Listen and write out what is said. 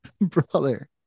brother